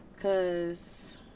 cause